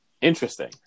Interesting